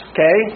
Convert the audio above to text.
Okay